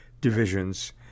divisions